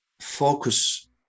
focus